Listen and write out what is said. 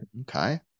okay